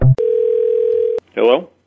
Hello